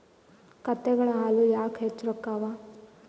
ಕತ್ತೆಗಳ ಹಾಲ ಯಾಕ ಹೆಚ್ಚ ರೊಕ್ಕ ಅವಾ?